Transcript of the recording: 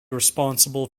responsible